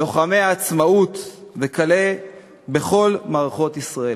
לוחמי החירות, וכלה בכל מערכות ישראל.